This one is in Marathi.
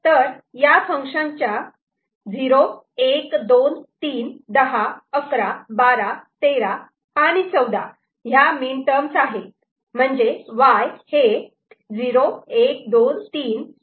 तर या फंक्शनच्या 0 1 2 3 10 11 12 13 and 14 ह्या मीनटर्मस आहेत